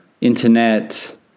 internet